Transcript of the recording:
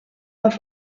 auf